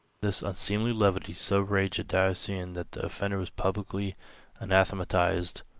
this unseemly levity so raged the diocesan that the offender was publicly anathematized,